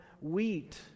wheat